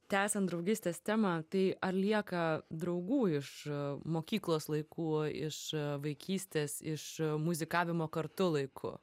tęsiant draugystės temą tai ar lieka draugų iš mokyklos laikų iš vaikystės iš muzikavimo kartu laikų